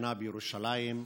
בהפגנה בירושלים,